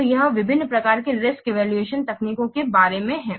तो यह विभिन्न प्रकार के रिस्क इवैल्यूएशन तकनीकों के बारे में है